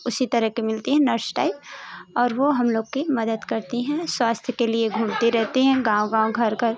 उसी तरह की मिलती हैं नर्श टाइप और वो हम लोग की मदद करती हैं स्वास्थय के लिए घूमती रहती हैं गाँव गाँव घर घर